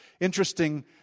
Interesting